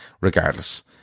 Regardless